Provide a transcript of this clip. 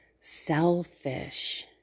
selfish